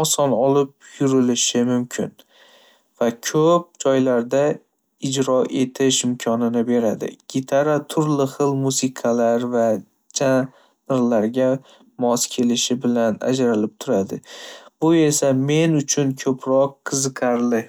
oson olib yurilishi mumkin va ko'p joylarda ijro etish imkonini beradi. Gitara turli xil musiqalar va janrlarga mos kelishi bilan ajralib turadi, bu esa men uchun ko'proq qiziqarli.